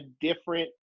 different